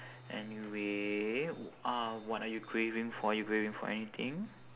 anyway uh what are you craving for are you craving for anything